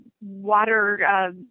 water